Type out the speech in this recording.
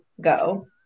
go